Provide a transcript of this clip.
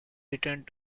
returned